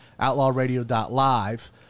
outlawradio.live